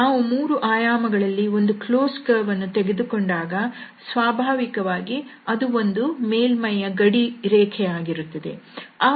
ನಾವು ಮೂರು ಆಯಾಮಗಳಲ್ಲಿ ಒಂದು ಕ್ಲೋಸ್ಡ್ ಕರ್ವ್ ಅನ್ನು ತೆಗೆದುಕೊಂಡಾಗ ಸ್ವಾಭಾವಿಕವಾಗಿ ಅದು ಒಂದು ಮೇಲ್ಮೈಯ ಗಡಿರೇಖೆಯಾಗಿರುತ್ತದೆ